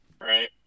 Right